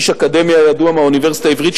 איש אקדמיה ידוע מהאוניברסיטה העברית,